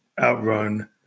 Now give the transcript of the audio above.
Outrun